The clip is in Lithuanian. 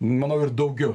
manau ir daugiau